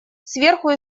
сверху